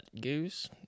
goose